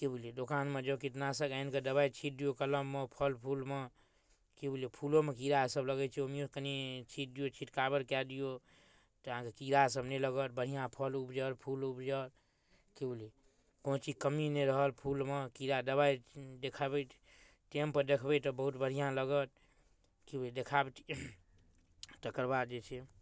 की बुझलियै दोकानमे जाउ कीटनाशक आनि कऽ एक दबाइ छींट दियौ कलममे फल फूलमे की बुझलियै फूलोमे कीड़ा सभ लगै छै ओहियोमे कनि छींट दियौ छिटकाबड़ कए दियौ तहन से कीड़ा सभ नहि लागत बढ़िआँ फल उपजत फूल उपजत की बुझलियै कोनौ चीजके कमी नहि रहल फूलमे कीड़ा दबाइ देखाबैत टेम पर दखबै तऽ बहुत बढ़िआँ लागत कि बुझ देखावटी तकर बाद जे छै